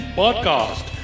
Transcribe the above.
podcast